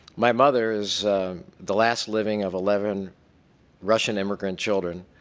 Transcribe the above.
my mother is the last living of eleven russian immigrant children,